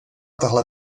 tahle